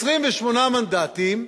28 מנדטים,